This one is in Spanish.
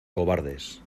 cobardes